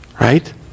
right